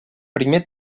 primer